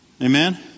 Amen